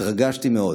התרגשתי מאוד.